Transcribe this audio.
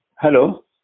Hello